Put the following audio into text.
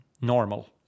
normal